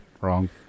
Wrong